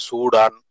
Sudan